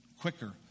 quicker